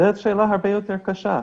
היא שאלה הרבה יותר קשה.